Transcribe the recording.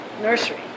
nursery